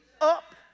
up